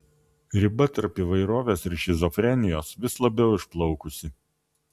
riba tarp įvairovės ir šizofrenijos vis labiau išplaukusi